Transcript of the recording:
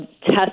test